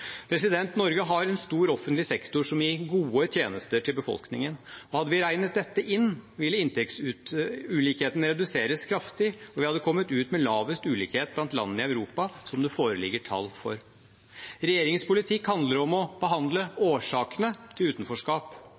Norge har en stor offentlig sektor som gir gode tjenester til befolkningen. Hadde vi regnet dette inn, ville inntektsulikheten reduseres kraftig, og vi hadde kommet ut med lavest ulikhet blant landene i Europa som det foreligger tall for. Regjeringens politikk handler om å behandle årsakene til utenforskap.